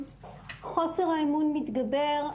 חוסר האמון מתגבר.